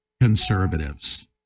conservatives